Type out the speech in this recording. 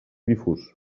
difús